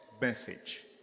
message